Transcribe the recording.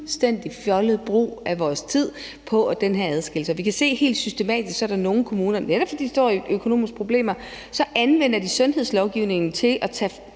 fuldstændig fjollet brug af vores tid med den her adskillelse. Og vi kan se helt systematisk, at der er nogle kommuner, som, netop fordi de står i økonomiske problemer, anvender sundhedslovgivningen til at tage